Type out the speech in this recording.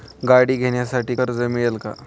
गाडी घेण्यासाठी कर्ज मिळेल का?